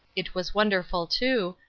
it was wonderful, too,